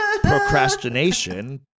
procrastination